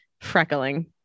Freckling